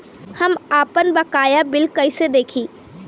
हम आपनबकाया बिल कइसे देखि?